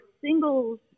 singles